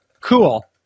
cool